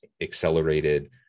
accelerated